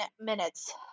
minutes